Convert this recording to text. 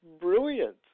brilliant